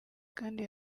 kandi